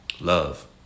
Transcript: love